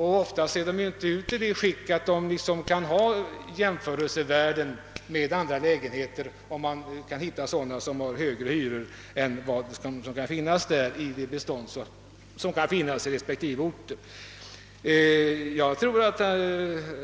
Oftast är bostäderna inte heller i det skick att det är av något värde att jämföra dem med andra lägenheter i respektive orter, om där finns lägenheter med högre hyror.